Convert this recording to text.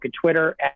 Twitter